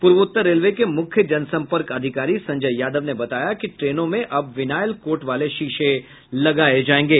पूर्वोत्तर रेलवे के मुख्य जनसंपर्क अधिकारी संजय यादव ने बताया कि ट्रेनों में अब विनायल कोट वाले शीशे लगाये जायेंगे